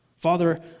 Father